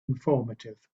informative